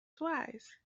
twice